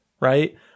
right